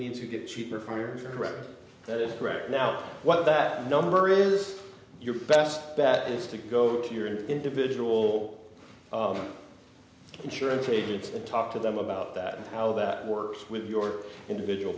needs to get cheaper for correct that is correct now what that number is your best bet is to go to your individual insurance agents and talk to them about that and how that works with your individual